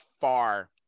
far